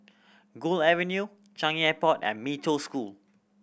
Gul Avenue Changi Airport and Mee Toh School